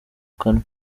kanwa